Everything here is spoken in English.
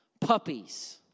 puppies